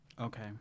Okay